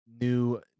new